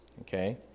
Okay